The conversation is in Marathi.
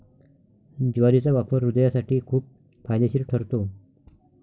ज्वारीचा वापर हृदयासाठी खूप फायदेशीर ठरतो